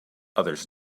others